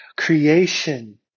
creation